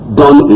done